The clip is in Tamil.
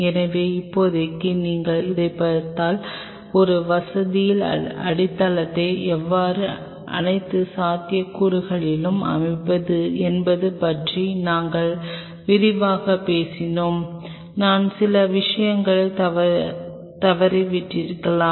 எனவே இப்போதைக்கு நீங்கள் அதைப் பார்த்தால் ஒரு வசதியின் அடித்தளத்தை எவ்வாறு அனைத்து சாத்தியக்கூறுகளிலும் அமைப்பது என்பது பற்றி நாங்கள் விரிவாகப் பேசினோம் நான் சில விஷயங்களை தவறவிட்டிருக்கலாம்